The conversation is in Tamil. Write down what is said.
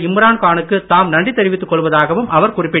இம்ரான் கானுக்கு தாம் நன்றி தெரிவித்துக் கொள்வதாகவும் அவர் குறிப்பிட்டார்